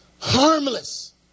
Harmless